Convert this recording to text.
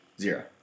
Zero